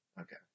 Okay